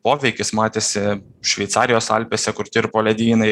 poveikis matėsi šveicarijos alpėse kur tirpo ledynai